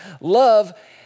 Love